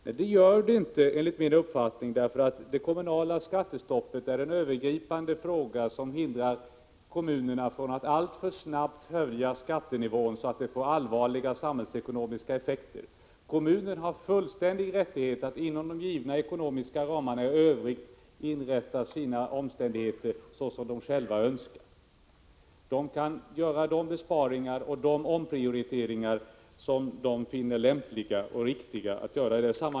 Nej, det gör det inte enligt min uppfattning, därför att det kommunala skattestoppet är övergripande och hindrar kommunerna att alltför snabbt höja skattenivån så att den får allvarliga samhällsekonomiska effekter. Kommunerna har fullständig rättighet att inom de givna ekonomiska ramarna i övrigt inrätta sina omständigheter så som de själva önskar. De kan göra de besparingar och omprioriteringar som de finner lämpliga och riktiga.